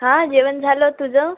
हां जेवण झालं तुझं